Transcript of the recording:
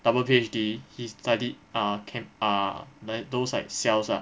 double P_H_D he studied ah che~ ah like those like cells ah